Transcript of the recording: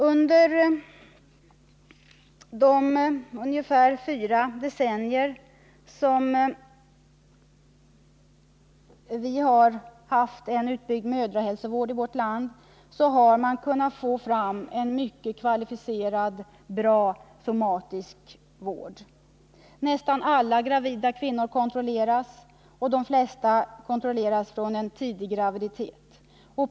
Under de ungefär fyra decennier som vi har haft en utbyggd mödrahälsovård i vårt land har man kunnat få fram en mycket bra somatisk vård. Nästan alla gravida kvinnor kontrolleras, och de flesta kontrolleras från tidig graviditet.